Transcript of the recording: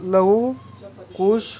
लव कुश